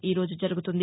ఈరోజు జరుగుతుంది